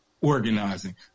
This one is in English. organizing